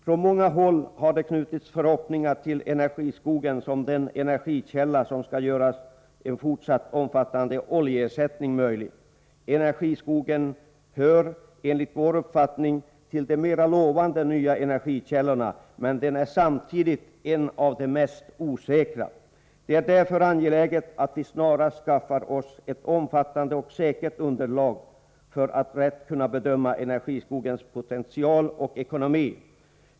Från många håll har det knutits förhoppningar till energiskogen som den nya energikälla som skall göra en fortsatt omfattande oljeersättning möjlig. Energiskogen hör, enligt vår uppfattning, till de mera lovande nya energikällorna, men den är samtidigt en av de mest osäkra. Det är därför angeläget att vi snärast skaffar oss ett omfattande och säkert underlag för att rätt kunna bedöma energiskogens potential och ekonomi.